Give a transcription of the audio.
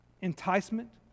enticement